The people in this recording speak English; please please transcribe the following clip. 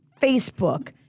Facebook